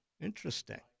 Interesting